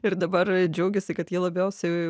ir dabar džiaugiasi kad jie labiausiai